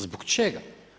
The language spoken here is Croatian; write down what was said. Zbog čega?